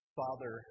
father